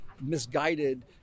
misguided